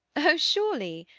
oh, surely!